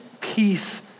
peace